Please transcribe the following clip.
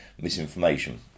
misinformation